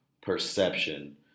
perception